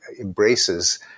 embraces